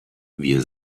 wir